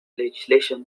legislation